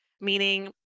meaning